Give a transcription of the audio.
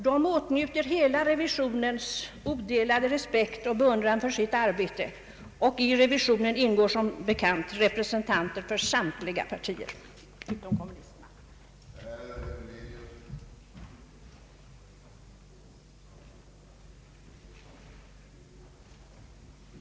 Den åtnjuter hela revisionens odelade respekt och beundran för sitt arbete, och i revisionen ingår som bekant representanter för samtliga partier utom kommunisterna.